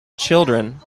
children